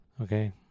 Okay